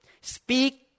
speak